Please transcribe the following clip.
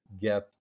get